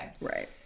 Right